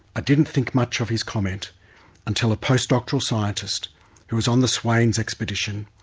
i didn't think much of his comment until a postdoctoral scientist who was on the swains expedition,